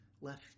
left